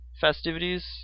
festivities